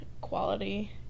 quality